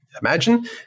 imagine